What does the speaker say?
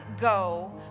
go